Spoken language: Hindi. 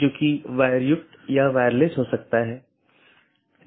बस एक स्लाइड में ऑटॉनमस सिस्टम को देख लेते हैं